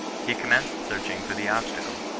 he commenced searching for the obstacle,